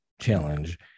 challenge